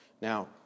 Now